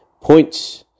points